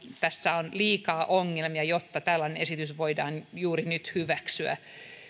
tässä on liikaa ongelmia jotta tällainen esitys voidaan juuri nyt hyväksyä